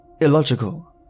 illogical